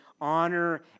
honor